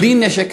בלי נשק,